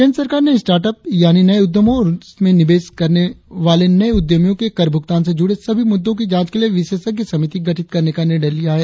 केंद्र सरकार ने स्टार्ट अप यानि नए उद्यमों और इनमें निवेश करने वाले नए उद्यमियों के कर भुगतान से जुड़े सभी मुद्दों की जांच के लिए विशेषज्ञ समिति गठित करने का निर्णय लिया है